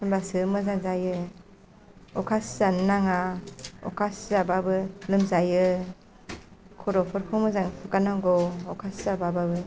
होनबासो मोजां जायो अखा सिजानो नाङा अखा सिजाबाबो लोमजायो खर'फोरखौ मोजां हुगारनांगौ अखा सिजाबाबो